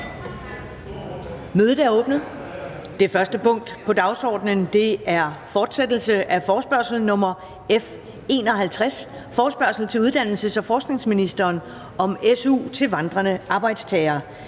Mødet er åbnet. --- Det første punkt på dagsordenen er: 1) Fortsættelse af forespørgsel nr. F 51 [afstemning]: Forespørgsel til uddannelses- og forskningsministeren om su til vandrende arbejdstagere.